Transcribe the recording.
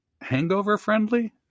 hangover-friendly